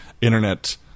internet